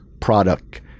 product